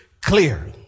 clear